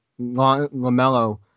Lamelo